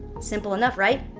simple enough, right?